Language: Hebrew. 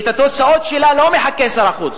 שלתוצאות שלה לא מחכה שר החוץ,